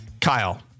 Kyle